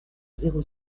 zéro